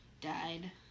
Died